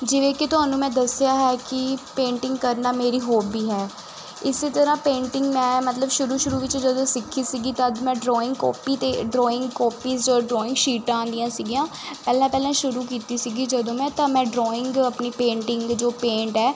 ਜਿਵੇਂ ਕਿ ਤੁਹਾਨੂੰ ਮੈਂ ਦੱਸਿਆ ਹੈ ਕਿ ਪੇਂਟਿੰਗ ਕਰਨਾ ਮੇਰੀ ਹੋਬੀ ਹੈ ਇਸੇ ਤਰ੍ਹਾਂ ਪੇਂਟਿੰਗ ਮੈਂ ਮਤਲਬ ਸ਼ੁਰੂ ਸ਼ੁਰੂ ਵਿੱਚ ਜਦੋਂ ਸਿੱਖੀ ਸੀਗੀ ਤਦ ਮੈਂ ਡਰਾਇੰਗ ਕਾਪੀ 'ਤੇ ਡਰਾਇੰਗ ਕਾਪੀ ਜੋ ਡਰਾਇੰਗ ਸ਼ੀਟਾਂ ਆਉਂਦੀਆਂ ਸੀਗੀਆਂ ਪਹਿਲਾਂ ਪਹਿਲਾਂ ਸ਼ੁਰੂ ਕੀਤੀ ਸੀਗੀ ਜਦੋਂ ਮੈਂ ਤਾਂ ਮੈਂ ਡਰਾਇੰਗ ਆਪਣੀ ਪੇਂਟਿੰਗ ਜੋ ਪੇਂਟ ਹੈ